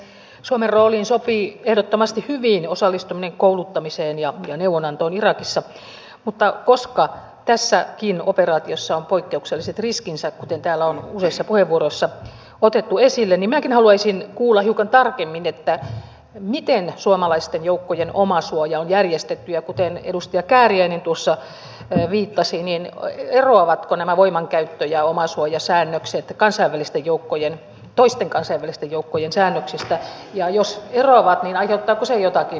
suomen rooliin sopii ehdottomasti hyvin osallistuminen kouluttamiseen ja neuvonantoon irakissa mutta koska tässäkin operaatiossa on poikkeukselliset riskinsä kuten täällä on useissa puheenvuoroissa otettu esille niin minäkin haluaisin kuulla hiukan tarkemmin miten suomalaisten joukkojen omasuoja on järjestetty ja kuten edustaja kääriäinen tuossa viittasi eroavatko nämä voimankäyttö ja omasuojasäännökset toisten kansainvälisten joukkojen säännöksistä ja jos eroavat aiheuttaako se jotakin ongelmaa tuossa operaatiossa